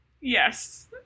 Yes